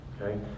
Okay